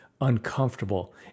uncomfortable